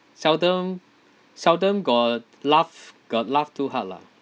seldom seldom got laugh got laugh too hard lah